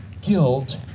guilt